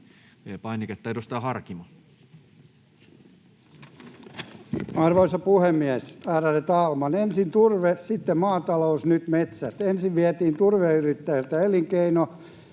V-painikkeella. — Edustaja Harkimo. Arvoisa puhemies, ärade talman! Ensin turve, sitten maata-lous, nyt metsät. Ensin vietiin turveyrittäjiltä elinkeino,